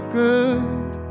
good